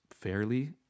fairly